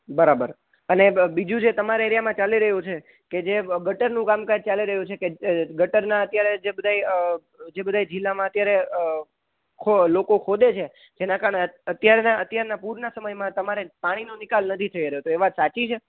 બરાબર અને બીજું જે તમારા એરિયામાં ચાલી રહ્યું છે કે જે ગટરનું કામકાજ ચાલી રહ્યું છે કે ગટરના અત્યારે બધાએ જે બધાએ જિલ્લામાં અત્યારે ખો લોકો ખોદે છે જેના કારણે અત્યાર અત્યારના પૂરના સમયમાં તમારે પાણીનો નિકાલ નથી થઈ રહ્યો એ વાત સાચી છે